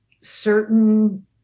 certain